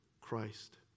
Christ